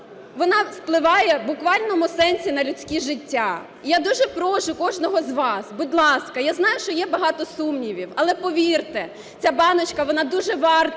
вона впливає в буквальному сенсі на людські життя. Я дуже прошу кожного з вас, будь ласка, я знаю, що є багато сумнівів, але повірте, ця баночка – вона дуже варта